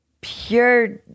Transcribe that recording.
pure